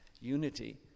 unity